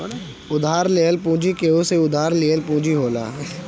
उधार लेहल पूंजी केहू से उधार लिहल पूंजी होला